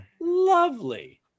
lovely